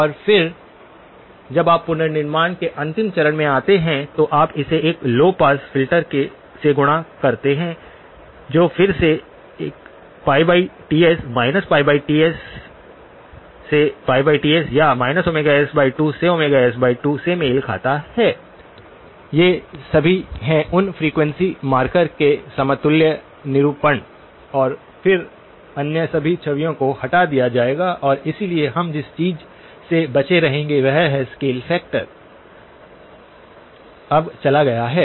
और फिर जब आप पुनर्निर्माण के अंतिम चरण में आते हैं तो आप इसे एक लौ पास फिल्टर से गुणा करते हैं जो फिर से a Ts Ts से Ts या s2 से s2 से मेल खाता है ये सभी हैं उन फ्रीक्वेंसी मार्कर के समतुल्य निरूपण और फिर अन्य सभी छवियों को हटा दिया जाएगा और इसलिए हम जिस चीज़ से बचे रहेंगे वह है स्केल फैक्टर अब चला गया है